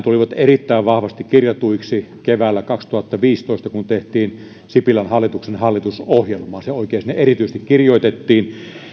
tulivat erittäin vahvasti kirjatuiksi keväällä kaksituhattaviisitoista kun tehtiin sipilän hallituksen hallitusohjelmaa se oikein sinne erityisesti kirjoitettiin